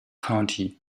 county